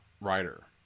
writer